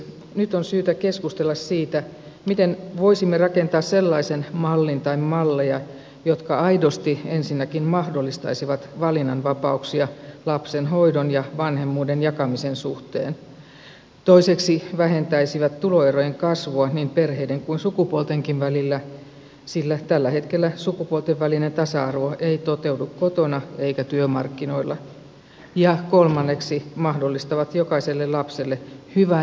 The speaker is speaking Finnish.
nyt on syytä keskustella siitä miten voisimme rakentaa sellaisen mallin tai malleja jotka aidosti ensinnäkin mahdollistaisivat valinnanvapauksia lapsen hoidon ja vanhemmuuden jakamisen suhteen toiseksi vähentäisivät tuloerojen kasvua niin perheiden kuin sukupuoltenkin välillä sillä tällä hetkellä sukupuolten välinen tasa arvo ei toteudu kotona eikä työmarkkinoilla ja kolmanneksi mahdollistavat jokaiselle lapselle hyvän varhaiskasvatuksen